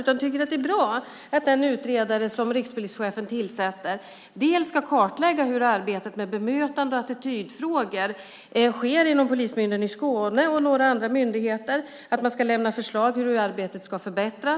Jag tycker att det är bra att den utredare som rikspolischefen tillsätter ska kartlägga hur arbetet med bemötande och attitydfrågor sker inom Polismyndigheten i Skåne län och inom några andra myndigheter och att man ska lämna förslag om hur arbetet ska förbättras.